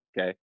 Okay